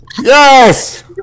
Yes